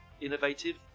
Innovative